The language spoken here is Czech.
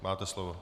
Máte slovo.